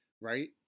Right